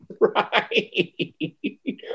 Right